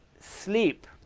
sleep